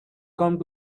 come